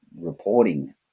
reporting